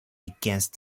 against